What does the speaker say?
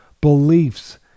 beliefs